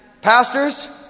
pastors